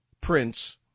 Prince